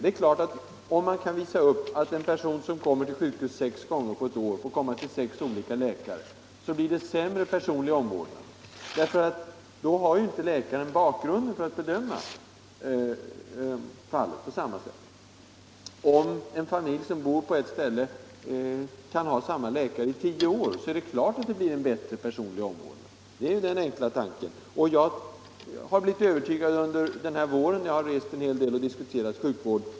Det är klart att om en person, som kommer till sjukhus sex gånger, får träffa sex olika läkare blir det en sämre omvårdnad därför att läkaren då inte har samma bakgrund som annars för att bedöma fallet. Om en familj som bor på ett ställe kan ha samma läkare i tio år blir det givetvis en bättre personlig omvårdnad. Det är den enkla tanken. Jag har blivit övertygad om detta under den här våren när jag rest en hel del och diskuterat sjukvård.